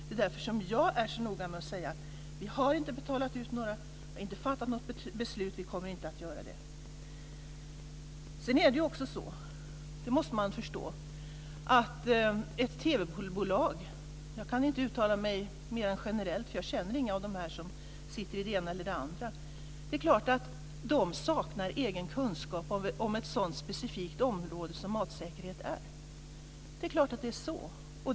Det är därför jag är så noga med att säga: Vi har inte betalat ut några pengar, vi har inte fattat något beslut och vi kommer inte att göra det. Sedan är det ju så, det måste man förstå, att ett TV-bolag - jag kan inte uttala mig mer än generellt då jag inte känner några av dem som sitter i det ena eller andra - saknar egen kunskap om ett sådant specifikt område som matsäkerhet. Det är klart att det är så.